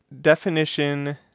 definition